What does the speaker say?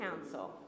council